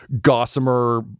Gossamer